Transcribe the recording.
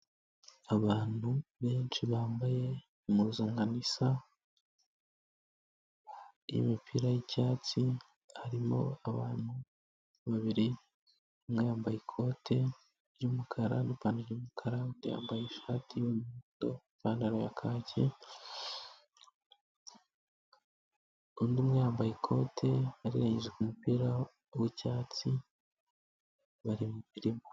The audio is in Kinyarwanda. Abantu benshi bambaye impuzankano isa, imipira y'icyatsi harimo abantu babiri umwe yambaye ikote ry'umukara n'ipantaro y'umukara undi yambaye ishati y'umuhondo ipantaro ya kaki, undi umwe yambaye ikote arirengeje ku mupira w'icyatsi bari mu murima.